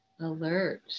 alert